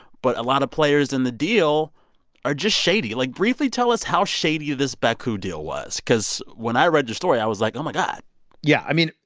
but a lot of players in the deal are just shady. like, briefly tell us how shady this baku deal was because when i read your story, i was like, oh, my god yeah. i mean,